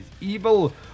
Evil